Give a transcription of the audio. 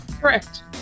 Correct